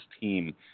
team